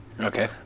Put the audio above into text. Okay